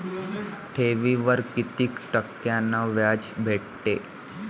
ठेवीवर कितीक टक्क्यान व्याज भेटते?